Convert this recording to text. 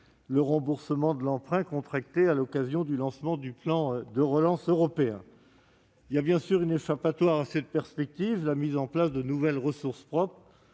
à rembourser l'emprunt contracté à l'occasion du lancement du plan de relance européen. Il existe, bien sûr, une échappatoire à cette perspective : la mise en place de nouvelles ressources propres.